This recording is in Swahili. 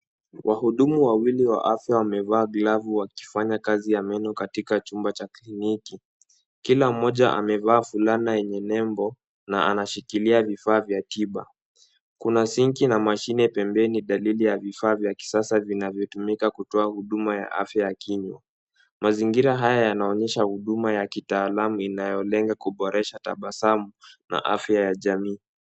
Wahudumu wawili wa afya wamevaa glavu wakifanya kazi ya meno katika chumba cha kliniki. Kila mmoja amevaa fulana yenye nembo na anashikilia vifaa vya tiba. Kuna sinki na mashine pembeni dalili ya vifaa vya kisasa vinavyotumika kutoa huduma ya afya ya kinywa. Mazingira haya yanaonyesha huduma ya kitaalamu inayolenga kuboresha tabasamu na afya ya jamii.